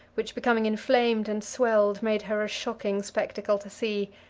which, becoming inflamed and swelled, made her a shocking spectacle to see,